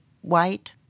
white